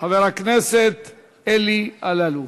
חבר הכנסת אלי אלאלוף.